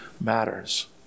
matters